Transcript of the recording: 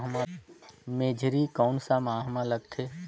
मेझरी कोन सा माह मां लगथे